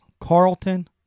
Carlton